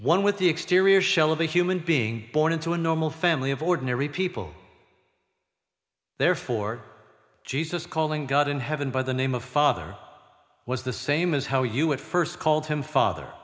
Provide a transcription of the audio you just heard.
one with the exterior shell of a human being born into a normal family of ordinary people therefore jesus calling god in heaven by the name of father was the same as how you would st called him father